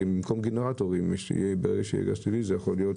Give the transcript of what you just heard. במקום גנרטורים, ברגע שיהיה גז טבעי זה יכול להיות